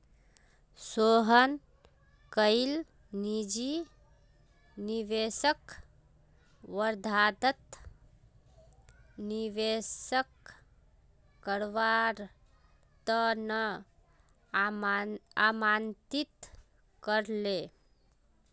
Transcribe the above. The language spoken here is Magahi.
सोहन कईल निजी निवेशकक वर्धात निवेश करवार त न आमंत्रित कर ले